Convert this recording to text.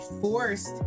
forced